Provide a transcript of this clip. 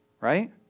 right